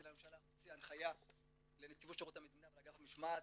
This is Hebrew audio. לממשלה הוציא הנחיה לנציבות שירות המדינה ולאגף משמעת